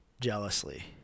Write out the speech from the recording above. jealously